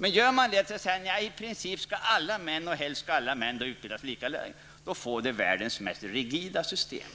Men säger man sedan att i princip alla män skall utbildas och dessutom utbildas lika länge får man världens mest rigida system.